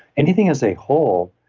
anything as a whole,